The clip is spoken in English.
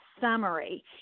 summary